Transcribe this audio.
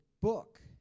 book